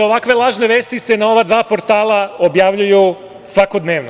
Ovakve lažne vesti se na ova dva portala objavljuju svakodnevno.